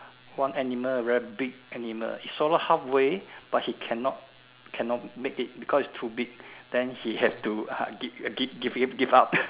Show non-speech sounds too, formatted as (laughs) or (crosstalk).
one animal very big animal it swallow halfway but he cannot cannot make it because it's too big then he had to ah gi~ give give up (laughs)